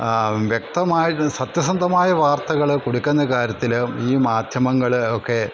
വ്യക്തമായിട്ട് സത്യസന്ധമായ വാർത്തകൾ കൊടുക്കുന്ന കാര്യത്തിൽ ഈ മാധ്യമങ്ങൾ ഒക്കെ